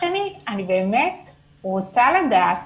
אני באמת רוצה לדעת